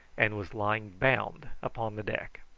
and was lying bound upon the deck.